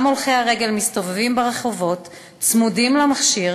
גם הולכי הרגל מסתובבים ברחובות צמודים למכשיר,